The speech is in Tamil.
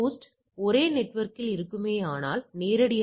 02 ஐ விட அதிகமாக பெற்றால் எனது கணக்கீடு 5